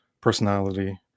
personality